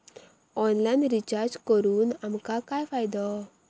Online recharge करून आमका काय फायदो?